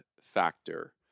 factor